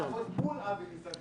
בבקשה.